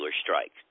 strike